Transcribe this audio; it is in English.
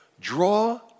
Draw